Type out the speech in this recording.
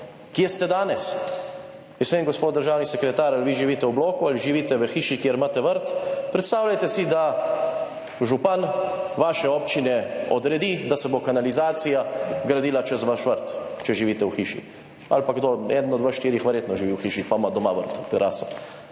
Kje ste danes? Jaz vem, gospod državni sekretar, ali vi živite v bloku ali živite v hiši, kjer imate vrt? Predstavljajte si, da župan vaše občine odredi, da se bo kanalizacija gradila čez vaš vrt, če živite v hiši ali pa kdo, eden od vas štirih verjetno živi v hiši, pa ima doma vrt, teraso,